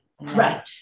Right